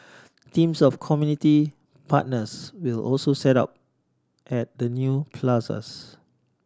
teams of community partners will also set up at the new plazas